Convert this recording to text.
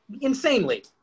insanely